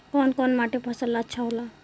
कौन कौनमाटी फसल ला अच्छा होला?